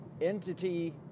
entity